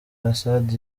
assad